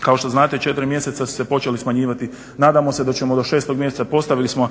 kao što znate četiri mjeseca su se počeli smanjivati. Nadamo se da ćemo do 6 mjeseca, postavili smo